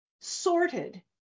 sorted